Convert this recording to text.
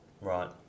Right